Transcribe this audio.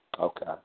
Okay